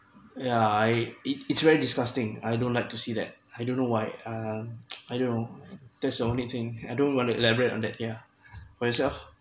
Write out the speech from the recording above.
yeah I it it's very disgusting I don't like to see that I don't know why uh I don't know that's the only thing I don't want to elaborate on that yeah for yourself